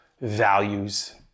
values